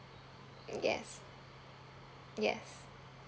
mm yes yes